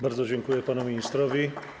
Bardzo dziękuję panu ministrowi.